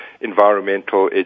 environmental